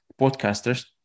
podcasters